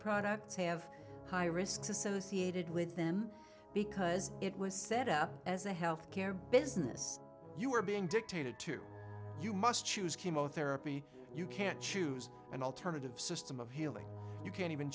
products have high risks associated with them because it was set up as a health care business you were being dictated to you must choose chemotherapy you can't choose an alternative system of healing you can even